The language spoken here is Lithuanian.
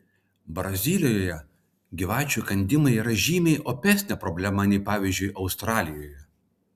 brazilijoje gyvačių įkandimai yra žymiai opesnė problema nei pavyzdžiui australijoje